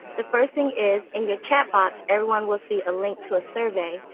the first thing is in your chat box everyone will see a link to a survey.